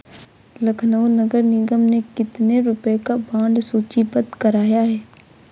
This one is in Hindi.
लखनऊ नगर निगम ने कितने रुपए का बॉन्ड सूचीबद्ध कराया है?